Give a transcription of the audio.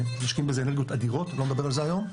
ומשקיעים בזה אנרגיות אדירות, לא נדבר על זה היום.